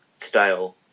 style